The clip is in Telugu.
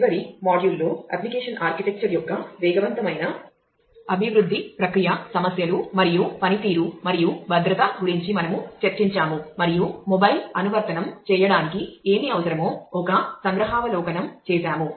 చివరి మాడ్యూల్ యొక్క వేగవంతమైన అభివృద్ధి ప్రక్రియ సమస్యలు మరియు పనితీరు మరియు భద్రత గురించి మనము చర్చించాము మరియు మొబైల్ అనువర్తనం చేయడానికి ఏమి అవసరమో ఒక సంగ్రహావలోకనం చేసాము